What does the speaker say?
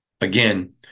again